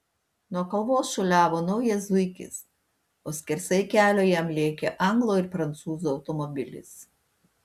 nuo kalvos šuoliavo naujas zuikis o skersai kelio jam lėkė anglo ir prancūzo automobilis